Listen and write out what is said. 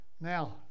Now